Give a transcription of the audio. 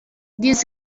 dies